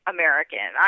American